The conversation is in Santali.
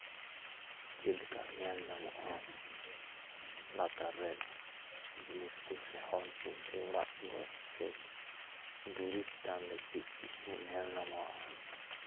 ᱪᱮᱫ ᱞᱮᱠᱟ ᱧᱮᱞ ᱧᱟᱢᱚᱜᱼᱟ ᱞᱟᱛᱟᱨ ᱨᱮ ᱡᱤᱱᱤᱥ ᱠᱚ ᱥᱮ ᱦᱚᱲ ᱠᱚ ᱥᱮ ᱚᱲᱟᱜ ᱫᱩᱣᱟᱹᱨ ᱥᱮ ᱵᱩᱨᱩ ᱪᱮᱛᱟᱱ ᱨᱮ ᱪᱮᱫ ᱪᱮᱫ ᱠᱚ ᱧᱮᱞ ᱧᱟᱢᱚᱜᱼᱟ